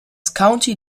county